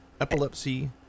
epilepsy